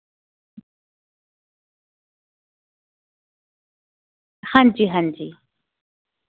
हां जी हां जी